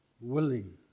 willing